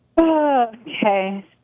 Okay